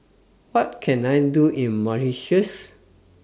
What Can I Do in Mauritius